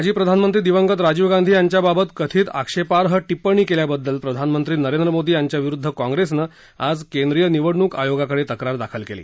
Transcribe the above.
माजी प्रधानमंत्री दिवंगत राजीव गांधी यांच्याबाबत कथित आक्षेपार्ह टिप्पणी केल्या बद्दल प्रधानमंत्री नरेंद्र मोदी यांच्याविरुद्ध काँग्रेसनं आज केंद्रीय निवडणूक आयोगाकडे तक्रार दाखल केली